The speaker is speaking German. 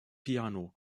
piano